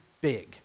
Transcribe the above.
big